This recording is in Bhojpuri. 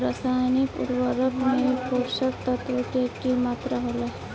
रसायनिक उर्वरक में पोषक तत्व के की मात्रा होला?